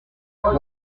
poids